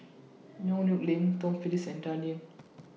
Yong Nyuk Lin Tom Phillips and Dan Ying